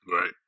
Right